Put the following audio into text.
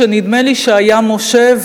שנדמה לי שהיה משה.